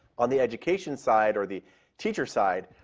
on the education side or the teacher's side,